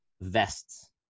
vests